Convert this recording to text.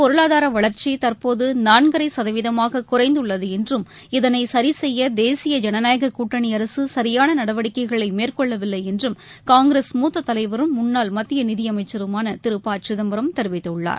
பொருளாதாரவளர்ச்சிதற்போதுநான்கரைசதவீதமாககுறைந்துள்ளதுஎன்றும் நாட்டின் இதனைசரிசெய்ய் தேசிய ஜனநாயககூட்டணிஅரசுசரியானநடவடிக்கைகளைமேற்கொள்ளவில்லைஎன்றும் காங்கிரஸ் மூத்ததலைவரும் முன்னாள் மத்தியநிதியமைச்சருமானதிரு ப சிதம்பரம் தெரிவித்துள்ளார்